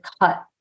cut